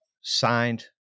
Signed